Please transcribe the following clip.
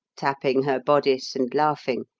tapping her bodice and laughing,